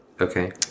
okay